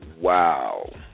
wow